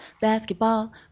basketball